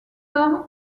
some